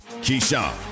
Keyshawn